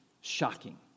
shocking